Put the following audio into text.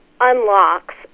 unlocks